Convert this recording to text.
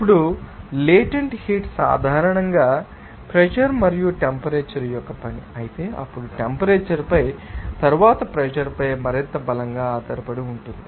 ఇప్పుడు latent heat సాధారణంగా pressure మరియు టెంపరేచర్ యొక్క పని అయితే అప్పుడు టెంపరేచర్ పై తరువాత ప్రెషర్ పై మరింత బలంగా ఆధారపడి ఉంటుంది